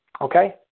Okay